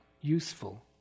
useful